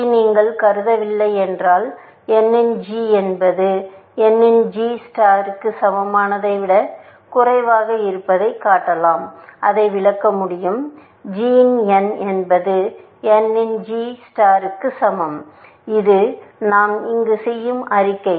இதை நீங்கள் கருத வில்லை என்றால் n இன் g என்பது n இன் g நட்சத்திரத்திற்கு சமமானதை விட குறைவாக இருப்பதைக் காட்டலாம் அதை விளக்க முடியும் g இன் n என்பது n இன் g நட்சத்திரத்திற்கு சமம் இது நாம் இங்கு செய்யும் அறிக்கை